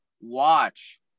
watch